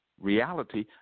reality